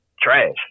trash